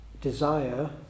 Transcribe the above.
desire